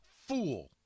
fool